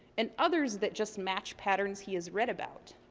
and others that just match patterns he has read about.